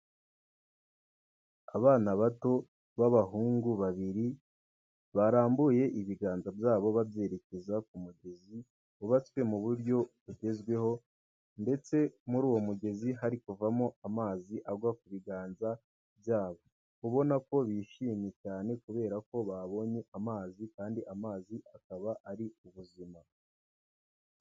Abana bato b'abahungu babiri, barambuye ibiganza byabo babyerekeza ku mugezi wubatswe mu buryo bugezweho ndetse muri uwo mugezi hari kuvamo amazi agwa ku biganza byabo, ubonako bishimye cyane kubera ko babonye amazi kandi amazi akaba ari ubuzima.